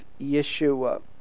Yeshua